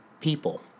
people